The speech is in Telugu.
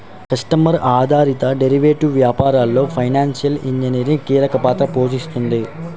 కస్టమర్ ఆధారిత డెరివేటివ్స్ వ్యాపారంలో ఫైనాన్షియల్ ఇంజనీరింగ్ కీలక పాత్ర పోషిస్తుంది